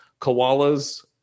Koalas